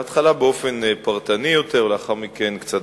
בהתחלה באופן פרטני יותר ולאחר מכן קצת